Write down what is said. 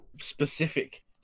specific